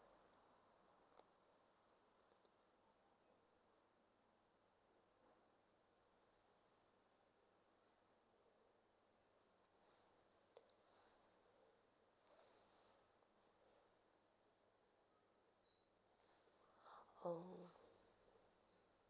orh